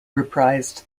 reprised